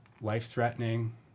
life-threatening